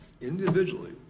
Individually